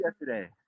yesterday